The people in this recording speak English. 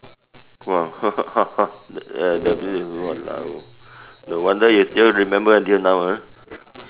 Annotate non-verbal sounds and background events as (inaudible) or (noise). !wah! (laughs) uh the bill is !walao! no wonder you still remember until now ah